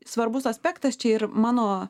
svarbus aspektas čia ir mano